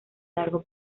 largo